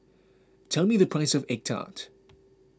tell me the price of Egg Tart